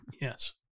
Yes